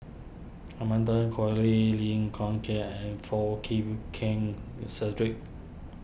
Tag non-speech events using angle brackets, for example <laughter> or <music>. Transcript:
Amanda Koe Lee Lim Kiak <unintelligible> and Foo Chee Keng Cedric